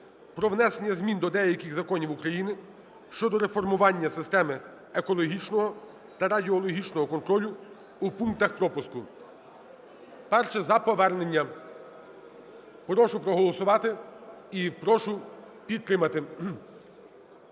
про внесення змін до деяких законів України щодо реформування системи екологічного та радіологічного контролю в пунктах пропуску. Перше – за повернення. Прошу проголосувати і прошу підтримати.